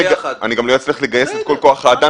אני גם לא אצליח לגייס את כל כוח האדם